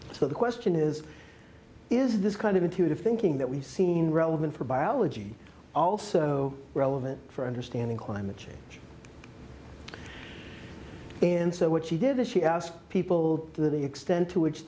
so the question is is this kind of intuitive thinking that we've seen relevant for biology also relevant for understanding climate change and so what she did that she asked people to the extent to which